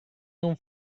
non